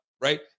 right